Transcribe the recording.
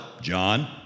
John